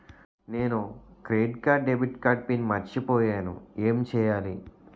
నేను credit card debit card pin మర్చిపోయేను ఎం చెయ్యాలి?